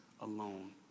alone